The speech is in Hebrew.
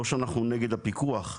לא שאנחנו נגד הפיקוח,